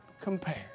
compare